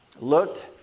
looked